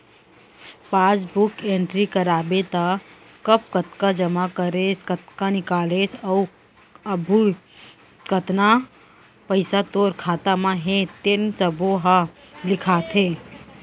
passbook entry कराबे त कब कतका जमा करेस, कतका निकालेस अउ अभी कतना पइसा तोर खाता म हे तेन सब्बो ह लिखाथे